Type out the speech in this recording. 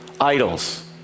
idols